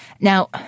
Now